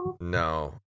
No